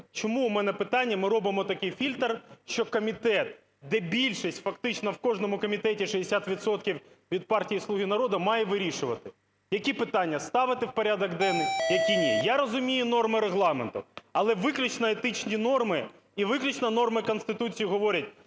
Чому, у мене питання, ми робимо такий фільтр, що комітет, де більшість фактично в кожному комітеті 60 відсотків від партії "Слуги народу", має вирішувати, які питання ставити в порядок денний, які ні. Я розумію норми Регламенту, але виключно етичні норми і виключно норми Конституції говорять,